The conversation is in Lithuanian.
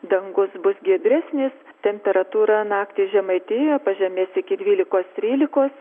dangus bus giedresnis temperatūra naktį žemaitijoje pažemės iki dvylikos trylikos